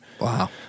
Wow